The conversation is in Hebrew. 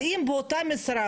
אבל אם באותה משרה,